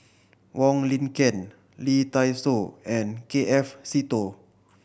Wong Lin Ken Lee Dai Soh and K F Seetoh